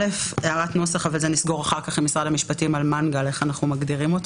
יש לי הערת נוסח על איך אנחנו מגדירים מנגל,